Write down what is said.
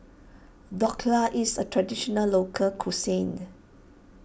Dhokla is a Traditional Local Cuisine